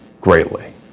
greatly